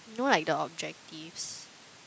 you know like the objectives